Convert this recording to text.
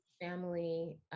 family